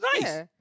nice